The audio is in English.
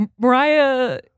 Mariah